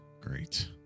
great